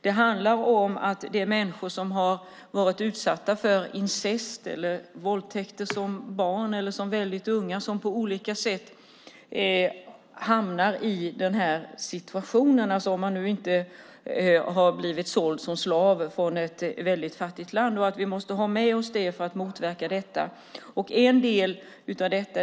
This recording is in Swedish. Det kan vara människor som har varit utsatta för incest eller våldtäkter som barn eller unga. De hamnar på olika sätt i denna situation, om de inte har blivit sålda som slavar från ett fattigt land. Vi måste ha med oss denna kunskap för att kunna motverka detta.